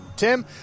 Tim